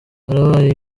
harabaye